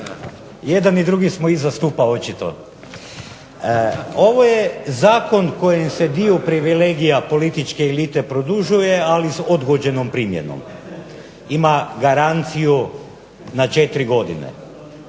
Jedan i drugi smo iza stupa očito. Ovo je zakon kojim se dio privilegija političke elite produžuje, ali s odgođenom primjenom. Ima garanciju na 4 godine.